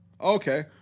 Okay